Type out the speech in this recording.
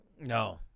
No